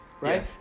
Right